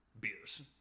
beers